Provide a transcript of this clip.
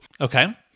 Okay